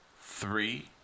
three